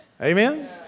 Amen